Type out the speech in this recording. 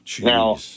Now